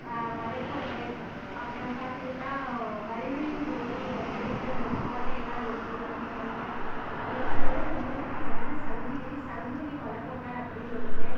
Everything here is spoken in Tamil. மலைக்கோட்டை அப்புறம் பார்த்திங்கனா வல்வில் ஓரி அப்படின்னு கோட்டையெல்லாம் இருக்கு நாமக்கலில் அப்புறம் பார்த்திங்கனா எங்கள் ஊருக்கு பக்கத்தில் சங்ககிரி சங்ககிரி மலக்கோட்டை அப்படின்னு இருக்கு